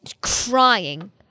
crying